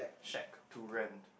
shack to rent